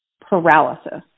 paralysis